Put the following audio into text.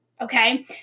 okay